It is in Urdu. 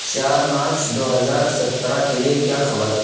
چار مارچ دو ہزار سترہ کے لیے کیا خبر تھی